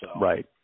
Right